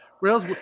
rails